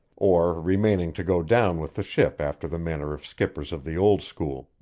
or remaining to go down with the ship after the manner of skippers of the old school.